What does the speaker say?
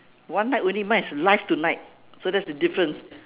one night only mine is live tonight so that's the difference